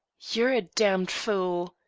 you're a damned fool!